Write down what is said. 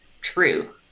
true